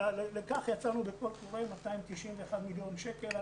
לכך יצאנו בקול קורא , 291 מיליון שקלים.